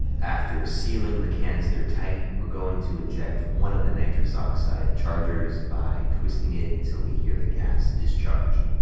after sealing the canister tight, we're going to inject one of the nitrous oxide chargers by twisting it until we hear the gas discharge.